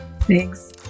Thanks